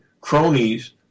cronies